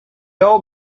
old